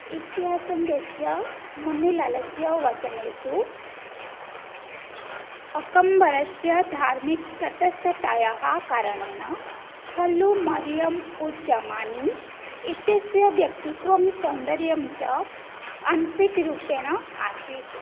इतिहासङ्कस्य मुनिलालस्य वचनेषु अक्बरस्य धार्मिकतटस्थतायाः कारणेन खलु मरियम् उज् जमानी इत्यस्य व्यक्तित्वं सौन्दर्यं च अंशिकरूपेण आसीत्